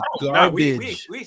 garbage